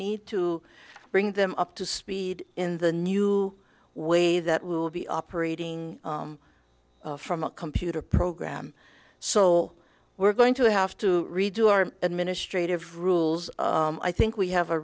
need to bring them up to speed in the new way that will be operating from a computer program so we're going to have to redo our administrative rules i think we have a